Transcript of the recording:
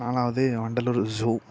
நாலாவது வண்டலூர் ஜூ